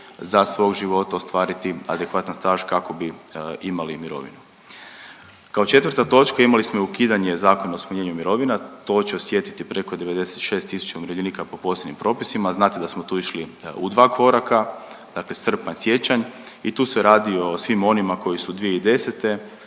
za svog života ostvariti adekvatan staž kako bi imali mirovinu. Kao četvrta točka imali smo i ukidanje Zakona o smanjenju mirovina, to će osjetiti preko 96 tisuća umirovljenika po posebnim propisima, znate da smo tu išli u dva koraka, dakle srpanj, siječanj i tu se radi o svima onima koji su 2010. imali